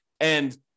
And-